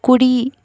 కుడి